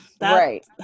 Right